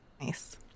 Nice